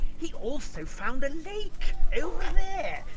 he also found a lake. over there.